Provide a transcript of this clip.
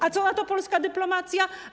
A co na to polska dyplomacja?